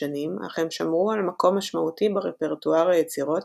השנים אך הם שמרו על מקום משמעותי ברפרטואר היצירות